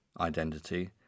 identity